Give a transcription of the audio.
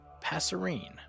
Passerine